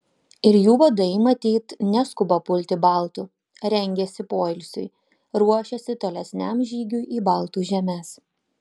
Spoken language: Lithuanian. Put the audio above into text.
ir jų vadai matyt neskuba pulti baltų rengiasi poilsiui ruošiasi tolesniam žygiui į baltų žemes